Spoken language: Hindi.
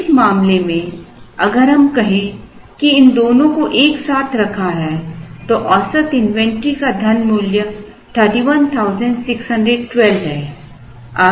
इस मामले में अगर हम कहें कि इन दोनों को एक साथ रखा है तो औसत इन्वेंट्री का धन मूल्य 31612 है